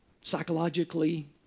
psychologically